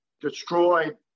destroyed